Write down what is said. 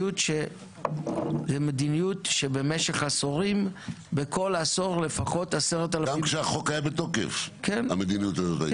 זו מדיניות שבמשך עשורים בכל עשור לפחות 10,000. גם כשהחוק היה בתוקף המדיניות הזאת הייתה.